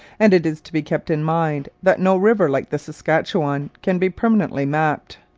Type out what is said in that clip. and it is to be kept in mind that no river like the saskatchewan can be permanently mapped.